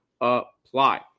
apply